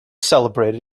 celebrated